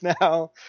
now